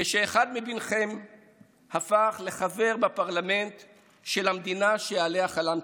כשאחד מבניכם הפך לחבר בפרלמנט של המדינה שעליה חלמתם.